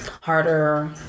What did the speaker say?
harder